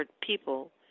people